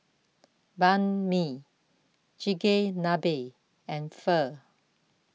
Banh Mi Chigenabe and Pho